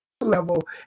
level